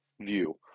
view